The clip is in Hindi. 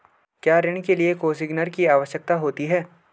क्या ऋण के लिए कोसिग्नर की आवश्यकता होती है?